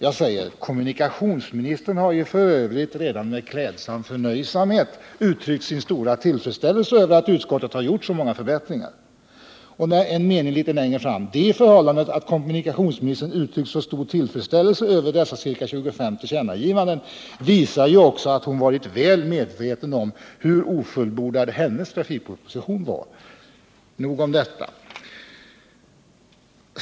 Jag sade: ”Kommunikationsministern har ju för övrigt redan med klädsam förnöjsamhet uttryckt sin stora tillfredsställelse över att utskottet har gjort så många förbättringar.” Litet längre fram sade jag: ”Det förhållandet att kommunikationsministern uttryckt så stor tillfredsställelse över dessa ca 25 tillkännagivanden visar ju också att hon varit väl medveten om hur ofullbordad hennes trafikproposition varit.” Nog om detta.